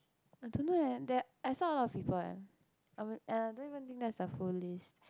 I don't know eh that I saw a lot of people eh I mean~ and I don't even think that's the full list